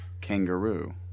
kangaroo